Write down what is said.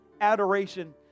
adoration